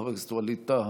חבר הכנסת ווליד טאהא,